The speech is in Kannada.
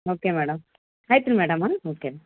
ಓಕೆ ಮೇಡಮ್ ಆಯ್ತು ಮೇಡಮ್ ಹ್ಞೂ ಓಕೆ